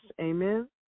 Amen